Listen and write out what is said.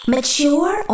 Mature